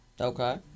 Okay